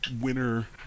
winner